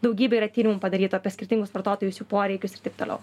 daugybė yra tyrimų padarytų apie skirtingus vartotojus jų poreikius ir taip toliau